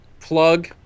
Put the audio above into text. plug